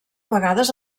vegades